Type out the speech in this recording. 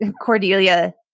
Cordelia